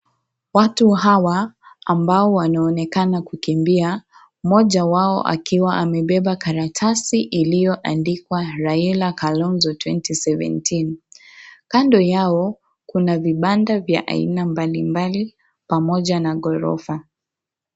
Watu hawa ambao wanaonekana kukimbia. Moja wao akiwa amembeba karatasi iliyoandikwa Raila Kalonzo twenty seventeen. Kando yao kuna vibanda vya aina mbalimbali pamoja na ghorofa.